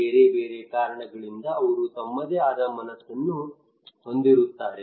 ಬೇರೆ ಬೇರೆ ಕಾರಣಗಳಿಂದ ಅವರು ತಮ್ಮದೇ ಆದ ಮನಸ್ಸನ್ನು ಹೊಂದಿದ್ದಾರೆ